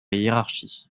hiérarchie